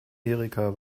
erika